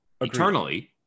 eternally